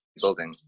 building